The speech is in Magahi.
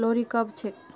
लोहड़ी कब छेक